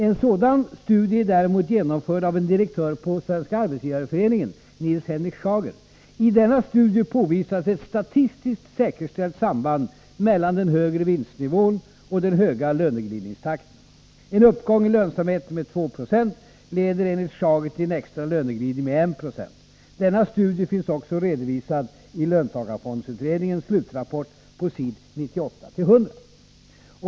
En sådan studie har däremot genomförts av en direktör på Svenska arbetsgivareföreningen, Nils Henrik Schager. I denna studie påvisas ett statistiskt säkerställt samband mellan den högre vinstnivån och den höga löneglidningstakten. En uppgång i lönsamhet med 2 96 leder enligt Schager till en extra löneglidning med 1 90. Denna studie finns också redovisad i löntagarfondsutredningens slutrapport på s. 98-100.